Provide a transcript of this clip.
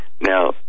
Now